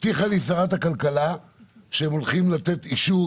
הבטיחה לי שרת הכלכלה שהם הולכים לתת אישור,